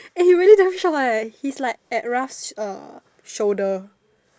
eh he really damn short eh he's like at Ralph's uh shoulder